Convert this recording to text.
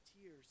tears